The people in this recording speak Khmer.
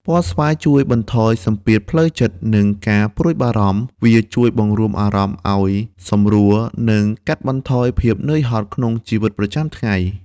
ពណ៌ស្វាយជួយបន្ថយសម្ពាធផ្លូវចិត្ត និងការព្រួយបារម្ភ។ វាជួយបង្រួមអារម្មណ៍ឲ្យសម្រួល និងកាត់បន្ថយភាពហត់នឿយក្នុងជីវិតប្រចាំថ្ងៃ។